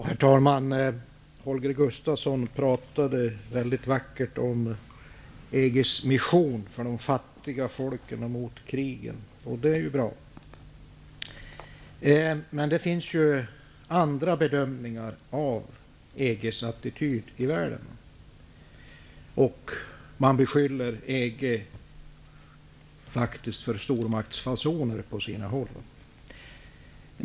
Herr talman! Holger Gustafsson pratade vackert om EG:s mission för de fattiga folken och mot krigen. Det är bra. Men det finns andra uppfattningar i världen om EG:s attityd. EG beskylls för stormaktsfasoner på sina håll.